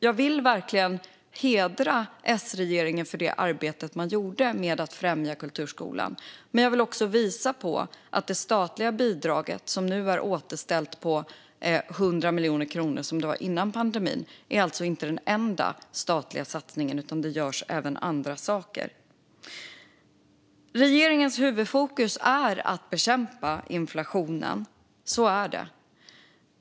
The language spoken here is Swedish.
Jag vill verkligen hedra S-regeringen för det arbete som man gjorde med att främja kulturskolan. Men jag vill också visa att det statliga bidraget som nu är återställt på 100 miljoner kronor, som det var före pandemin, alltså inte är den enda statliga satsningen utan att det även görs andra saker. Regeringens huvudfokus är att bekämpa inflationen. Så är det.